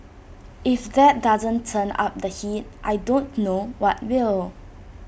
if that doesn't turn up the heat I don't know what will